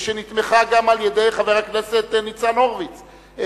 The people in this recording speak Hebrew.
שנתמכה גם על-ידי חבר הכנסת ניצן הורוביץ,